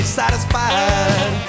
satisfied